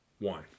one